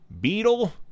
Beetle